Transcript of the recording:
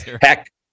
heck